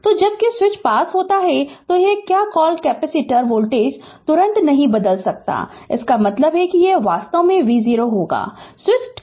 तो जब कि स्विच पास होता है तो क्या कॉल कैपेसिटर वोल्टेज तुरंत नहीं बदल सकता है इसका मतलब है कि यह वास्तव में v0 होगा